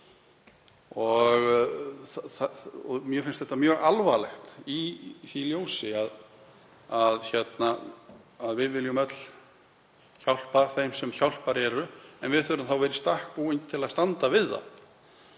Mér finnst þetta mjög alvarlegt í því ljósi að við viljum öll hjálpa þeim sem eru hjálparþurfi en við þurfum þá að vera í stakk búin til að standa við það.